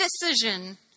decision